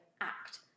act